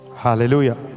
Hallelujah